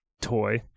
toy